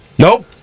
Nope